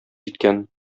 җиткән